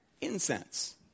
incense